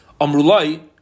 Amrulai